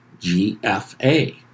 GFA